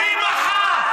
מי מחה?